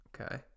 Okay